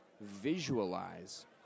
visualize